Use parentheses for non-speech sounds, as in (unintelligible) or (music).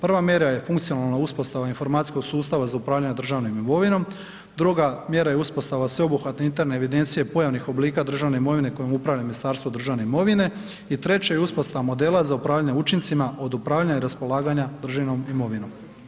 Prva mjera je funkcionalna uspostava informacijskog sustava za upravljanje državnom imovinom, druga mjera je uspostava sveobuhvatne interne evidencije ... (unintelligible) državnih oblika državne imovine kojom upravlja Ministarstvo državne imovine i treće je uspostava modela za upravljanje učincima od upravljanja i raspolaganja državnom imovinom.